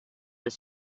was